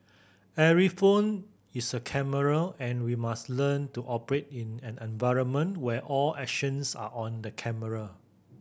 every phone is a camera and we must learn to operate in an environment where all actions are on the camera